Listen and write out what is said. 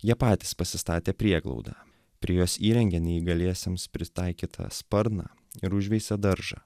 jie patys pasistatė prieglaudą prie jos įrengė neįgaliesiems pritaikytą sparną ir užveisė daržą